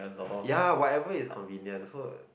ya whatever is convenient so